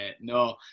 No